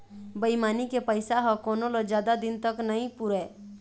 बेईमानी के पइसा ह कोनो ल जादा दिन तक नइ पुरय